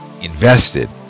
invested